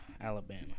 Alabama